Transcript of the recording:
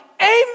amen